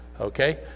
okay